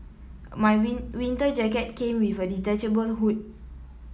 my win winter jacket came with a detachable hood